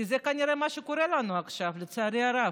כי זה כנראה מה שקורה לנו עכשיו, לצערי הרב.